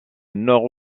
nord